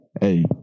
hey